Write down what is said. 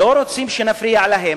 והם לא רוצים שנפריע להם.